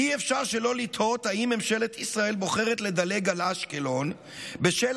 אי-אפשר שלא לתהות אם ממשלת ישראל בוחרת לדלג על אשקלון בשל